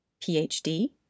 PhD